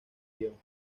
guion